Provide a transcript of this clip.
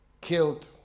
killed